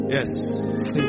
Yes